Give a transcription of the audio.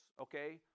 okay